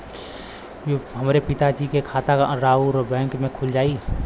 हमरे पिता जी के खाता राउर बैंक में खुल जाई?